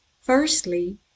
Firstly